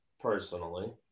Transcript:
personally